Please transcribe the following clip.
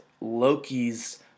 Loki's